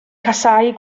casáu